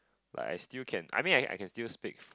like I still can I mean I I can still speak